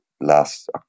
Last